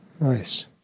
Nice